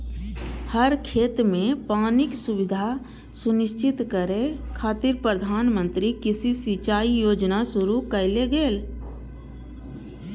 हर खेत कें पानिक सुविधा सुनिश्चित करै खातिर प्रधानमंत्री कृषि सिंचाइ योजना शुरू कैल गेलै